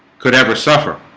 could ever suffer